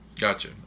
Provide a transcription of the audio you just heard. Gotcha